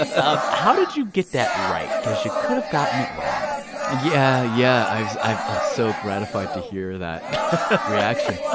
ah um how did you get that right? because you could have gotten it wrong yeah. yeah. i'm ah so gratified to hear that reaction